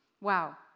Wow